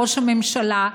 ראש הממשלה,